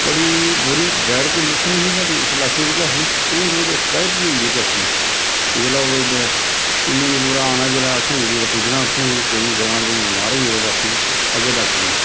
बड़ी बुरी bad condition ही साढ़ी इस लाके दी कथनी केईं लोक ते ऐक्सपाइर बी होई ऐ कथनी जेल्लै ओह् इन्नी इन्नी दूरा आना जेल्लै असें पुज्जना उत्थें ते ग्रांऽ दे लोक बमार होई रातीं अग्गें डाक्टर नेईं